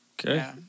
Okay